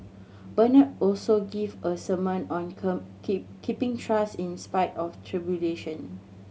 Bernard also gave a sermon on keep keeping trust in spite of tribulation